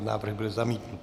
Návrh byl zamítnut.